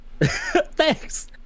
Thanks